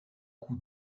coût